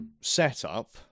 setup